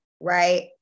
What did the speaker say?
right